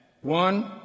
one